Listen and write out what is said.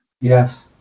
Yes